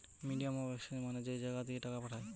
medium of exchange মানে যেই জাগা দিয়ে টাকা পাঠায়